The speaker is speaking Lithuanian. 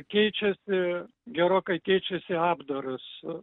keičiasi gerokai keičiasi apdaras